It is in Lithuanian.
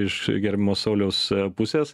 iš gerbiamo sauliaus pusės